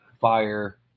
fire